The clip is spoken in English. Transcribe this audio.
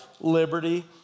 liberty